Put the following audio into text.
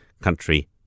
country